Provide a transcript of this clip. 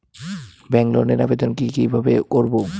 Bank লোনের আবেদন কি কিভাবে করব?